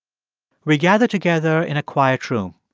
we gather together in a quiet room.